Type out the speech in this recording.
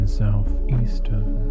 southeastern